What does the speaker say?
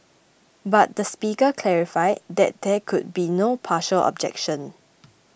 but the Speaker clarified that there could be no partial objection